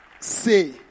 say